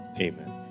Amen